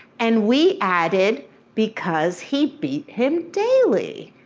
and we added because he beat him daily.